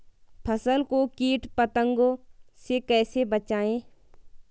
फसल को कीट पतंगों से कैसे बचाएं?